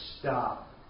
stop